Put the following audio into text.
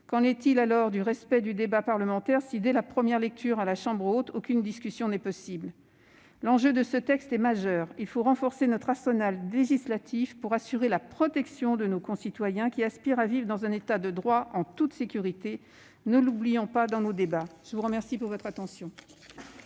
Qu'en est-il du respect du débat parlementaire si, dès la première lecture à la chambre haute, aucune discussion n'est possible ? L'enjeu de ce texte est majeur. Il faut renforcer notre arsenal législatif pour assurer la protection de nos concitoyens qui aspirent à vivre dans un État de droit, en toute sécurité. Ne l'oublions pas dans nos débats ! La parole est